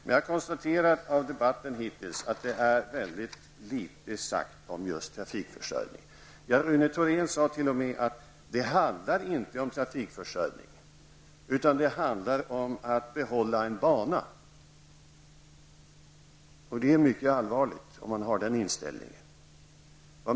I debatten har det hittills sagts mycket litet om just trafikförsörjningen. Rune Thorén sade t.o.m. att det inte handlar om trafikförsörjning, utan om att behålla en bana. Om man har den inställningen, är det mycket allvarligt.